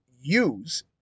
use